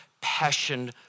passion